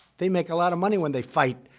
they make a lot of money when they fight.